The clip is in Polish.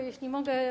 Jeśli mogę.